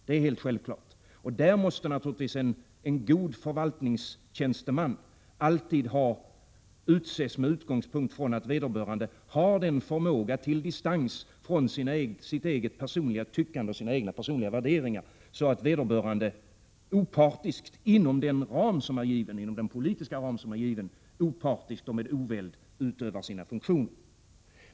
Därför måste naturligtvis en god förvaltningstjänsteman alltid utses med utgångspunkt i att vederbörande har den förmågan till distans från sitt eget personliga tyckande och sina egna personliga värderingar så att vederbörande inom den ram som är politiskt given opartiskt och med oväld utövar sina funktioner.